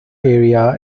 area